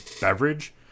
beverage